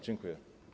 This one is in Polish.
Dziękuję.